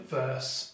verse